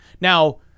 Now